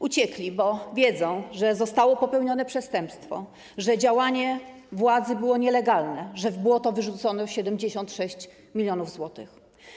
Uciekli, bo wiedzą, że zostało popełnione przestępstwo, że działanie władzy było nielegalne, że w błoto wyrzucono 76 mln zł.